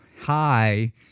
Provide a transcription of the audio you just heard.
hi